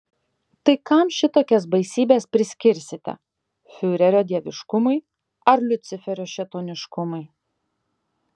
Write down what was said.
tai kam šitokias baisybes priskirsite fiurerio dieviškumui ar liuciferio šėtoniškumui